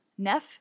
Neph